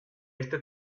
este